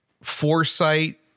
foresight